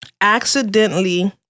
accidentally